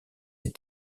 ces